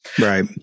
Right